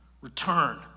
return